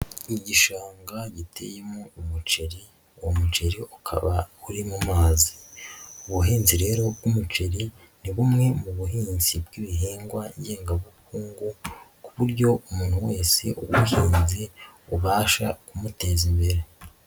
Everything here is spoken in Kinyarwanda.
Igishanga giteyemo umuceri uwo muceri ukaba uri mu mazi, ubuhinzi rero bw'umuceri ni bumwe mu buhinzi bw'ibihingwa ngengabukungu ku buryo umuntu wese uwuhinei ubasha kumuteza imbere.